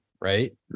right